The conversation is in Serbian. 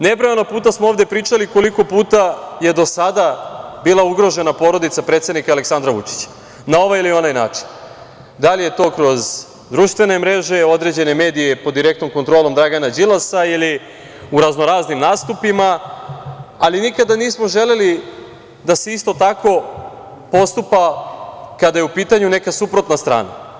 Nebrojano puta smo ovde pričali koliko puta je do sada bila ugrožena porodica predsednika Aleksandra Vučića na ovaj ili onaj način, da li je to kroz društvene mreže, određene medije pod direktnom kontrolom Dragana Đilasa ili u raznoraznim nastupima, ali nikada nismo želeli da se isto tako postupa kada je u pitanju neka suprotna strana.